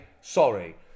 sorry